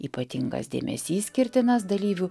ypatingas dėmesys skirtinas dalyvių